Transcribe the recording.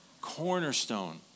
Cornerstone